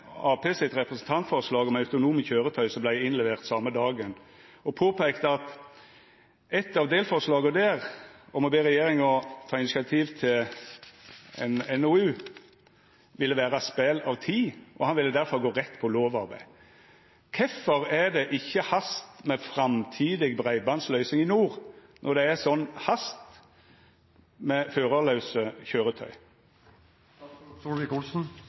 Arbeidarpartiet sitt representantforslag om autonome køyretøy som vart innlevert same dagen, og påpeikte at eitt av delforslaga der, om å be regjeringa ta initiativ til ein NOU, ville vera spel av tid, og at han difor ville gå rett på lovarbeidet. Kvifor er det ikkje hast med framtidig breibandsløysing i nord, når det er sånn hast med førarlause